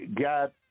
got